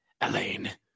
Elaine